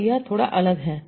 तो यह थोड़ा अलग है